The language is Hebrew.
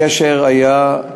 קשר היה,